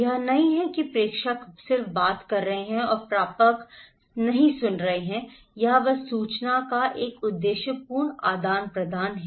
यह नहीं है कि प्रेषक बात कर रहे हैं और प्रापक यह नहीं सुन रहा है कि यह सूचना का एक उद्देश्यपूर्ण आदान प्रदान है